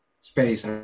space